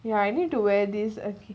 ya I need to wear this okay